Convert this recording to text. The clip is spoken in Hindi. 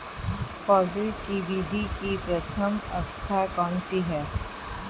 पौधों की वृद्धि की प्रथम अवस्था कौन सी है?